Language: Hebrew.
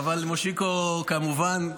מושיקו, כמובן.